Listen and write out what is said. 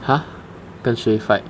!huh! 跟谁 fight